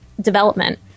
development